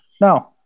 No